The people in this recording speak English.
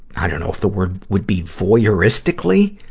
i don't know if the word would be voyeuristically.